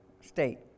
state